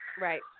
Right